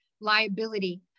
liability